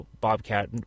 bobcat